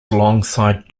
alongside